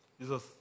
Jesus